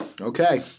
Okay